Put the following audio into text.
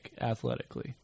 athletically